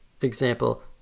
Example